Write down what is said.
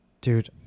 Dude